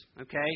okay